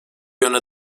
yönde